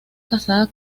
casado